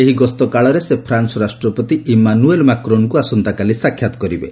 ଏହି ଗସ୍ତକାଳରେ ସେ ଫ୍ରାନ୍କ ରାଷ୍ଟ୍ରପତି ଇମାନୁଏଲ୍ ମାକ୍ରନ୍ଙ୍କୁ ଆସନ୍ତାକାଲି ସାକ୍ଷାତ୍ କରିବେ